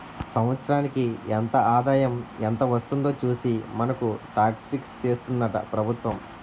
సంవత్సరానికి ఎంత ఆదాయం ఎంత వస్తుందో చూసి మనకు టాక్స్ ఫిక్స్ చేస్తుందట ప్రభుత్వం